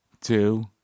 two